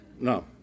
No